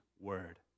word